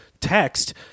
text